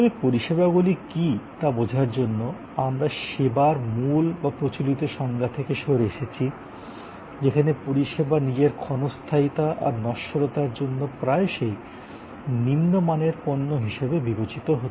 তবে পরিষেবাগুলি কী তা বোঝার জন্য আমরা সেবার মূল বা প্রচলিত সংজ্ঞা থেকে সরে এসেছি যেখানে পরিষেবা নিজের ক্ষণস্থায়ীতা আর নশ্বরতার জন্য প্রায়শই নিম্নমানের পণ্য হিসাবে বিবেচিত হত